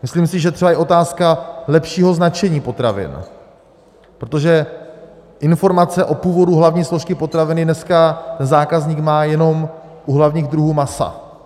Myslím si, že třeba i otázka lepšího značení potravin, protože informace o původu hlavní složky potraviny dneska zákazník má jenom u hlavních druhů masa.